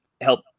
help